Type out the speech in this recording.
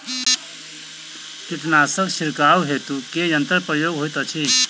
कीटनासक छिड़काव हेतु केँ यंत्रक प्रयोग होइत अछि?